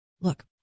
Look